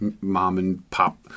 mom-and-pop